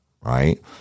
right